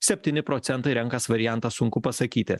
septyni procentai renkas variantą sunku pasakyti